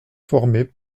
formées